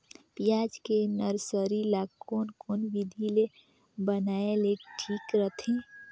पियाज के नर्सरी ला कोन कोन विधि ले बनाय ले ठीक रथे?